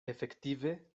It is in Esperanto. efektive